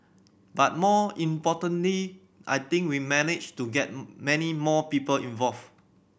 but more importantly I think we managed to get many more people involved